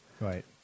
right